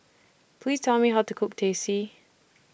Please Tell Me How to Cook Teh C